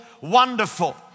Wonderful